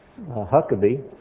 Huckabee